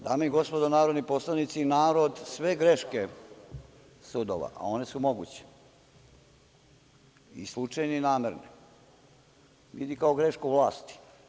Dame i gospodo narodni poslanici, narod sve greške sudova, a one su moguće i slučajne i namerne, vidi kao grešku vlasti.